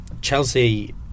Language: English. Chelsea